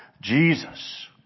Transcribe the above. Jesus